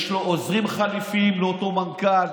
יש לו עוזרים חליפיים, לאותו מנכ"ל,